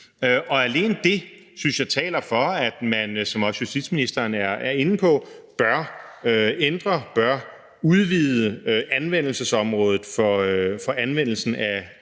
Og alene det synes jeg taler for, at man, som også justitsministeren er inde på, bør ændre og udvide anvendelsesområdet for anvendelsen af